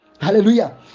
Hallelujah